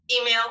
email